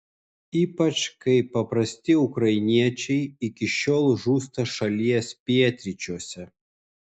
ypač kai paprasti ukrainiečiai iki šiol žūsta šalies pietryčiuose